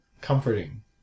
comforting